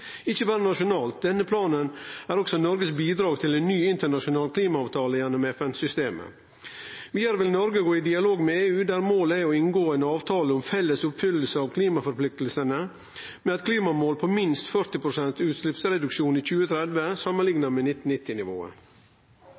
ikkje berre nasjonalt. Denne planen er også Noregs bidrag til ein ny internasjonal klimaavtale gjennom FN-systemet. Vidare vil Noreg gå i dialog med EU, der målet er å inngå ein avtale om felles oppfylling av klimaforpliktinga, med eit klimamål på minst 40 pst. utsleppsreduksjon i 2030 samanlikna med